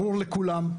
ברור לכולם,